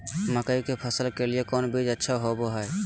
मक्का के फसल के लिए कौन बीज अच्छा होबो हाय?